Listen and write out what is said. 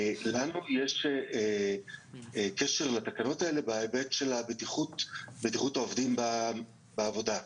לנו יש קשר לתקנות האלה בהיבט של בטיחות העובדים בעבודה.